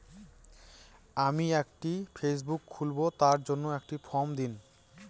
আমি একটি ফেসবুক খুলব তার জন্য একটি ফ্রম দিন?